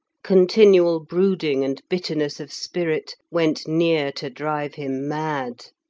continual brooding and bitterness of spirit went near to drive him mad.